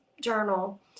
journal